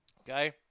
okay